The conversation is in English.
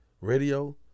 radio